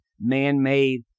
man-made